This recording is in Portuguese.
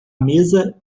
mesa